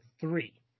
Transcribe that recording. three